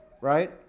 right